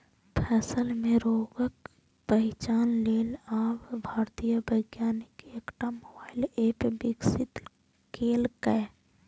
फसल मे रोगक पहिचान लेल आब भारतीय वैज्ञानिक एकटा मोबाइल एप विकसित केलकैए